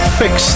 fix